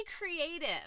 creative